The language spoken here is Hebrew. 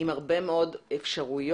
עם הרבה מאוד אפשרויות.